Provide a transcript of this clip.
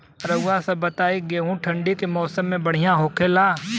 रउआ सभ बताई गेहूँ ठंडी के मौसम में बढ़ियां होखेला?